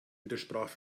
widersprach